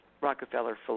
Rockefeller